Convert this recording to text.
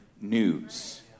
news